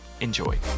Enjoy